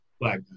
black